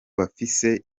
bafise